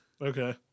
Okay